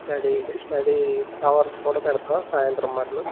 study study hours కూడా పెడతాం సాయంత్రం మాట్లు